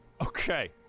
Okay